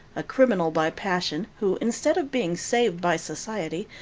a criminal by passion, who, instead of being saved by society,